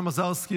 טטיאנה מזרסקי,